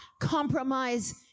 compromise